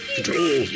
Control